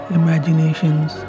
imaginations